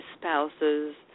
spouses